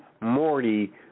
Morty